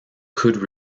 could